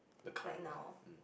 right now